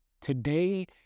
today